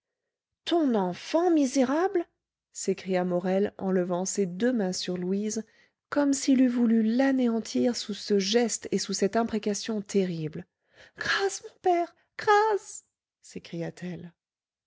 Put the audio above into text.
ton enfant misérable s'écria morel en levant ses deux mains sur louise comme s'il eût voulu l'anéantir sous ce geste et sous cette imprécation terrible